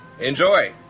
enjoy